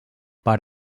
per